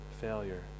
failure